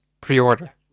pre-order